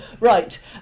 Right